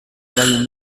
eragin